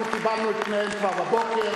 אנחנו קיבלנו את פניהם כבר בבוקר,